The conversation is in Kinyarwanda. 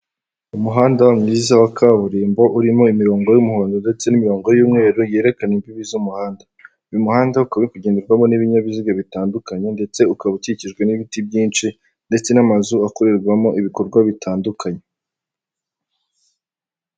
Umuhanda mwiza wa kaburimbo urimo imirongo y'umuhondo ndetse n'imirongo y'umweru yerekana imbibi z'umuhanda. Uyu muhanda uka kugenderwamo n'ibinyabiziga bitandukanye ndetse ukaba ukikijwe n'ibiti byinshi ndetse n'amazu akorerwamo ibikorwa bitandukanye.